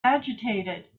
agitated